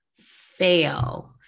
fail